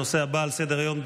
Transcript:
הנושא הבא על סדר-היום,